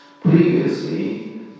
Previously